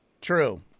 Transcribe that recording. True